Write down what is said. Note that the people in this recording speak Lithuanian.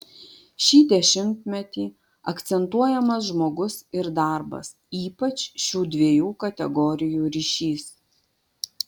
šį dešimtmetį akcentuojamas žmogus ir darbas ypač šių dviejų kategorijų ryšys